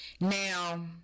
Now